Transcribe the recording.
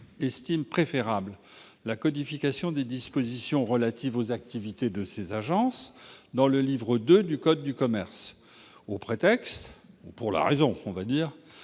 estimé préférable la codification des dispositions relatives aux activités de ces agences dans le livre II du code de commerce au prétexte qu'elles